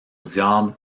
diable